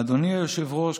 אדוני היושב-ראש,